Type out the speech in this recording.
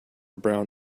brown